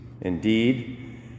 Indeed